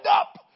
up